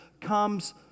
comes